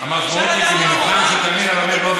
המשמעות היא שמנבחן שהוא תלמיד הלומד באופן